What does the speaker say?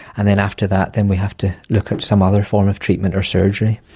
and then after that then we have to look at some other form of treatment or surgery.